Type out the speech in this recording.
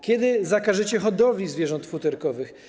Kiedy zakażecie hodowli zwierząt futerkowych?